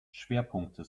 schwerpunkte